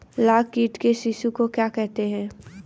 लाख कीट के शिशु को क्या कहते हैं?